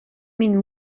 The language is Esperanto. min